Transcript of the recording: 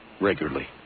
regularly